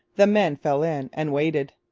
the men fell in and waited.